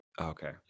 Okay